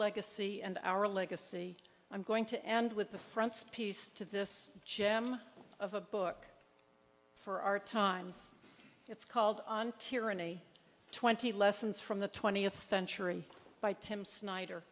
legacy and our legacy i'm going to end with the fronts piece to this gem of a book for our times it's called on tyranny twenty lessons from the twentieth century by tim snyder